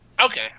Okay